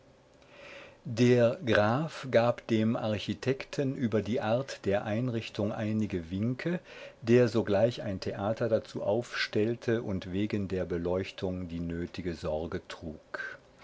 der graf gab dem architekten über die art der einrichtung einige winke der sogleich ein theater dazu aufstellte und wegen der beleuchtung die nötige sorge trug